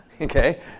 okay